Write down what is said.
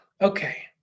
Okay